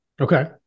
Okay